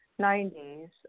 90s